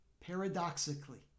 paradoxically